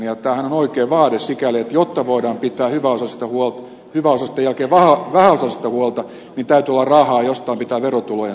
tämähän on oikea vaade sikäli että jotta voidaan pitää hyväosaisten jälkeen vähäosaisista huolta täytyy olla rahaa ja jostain pitää verotulojen tulla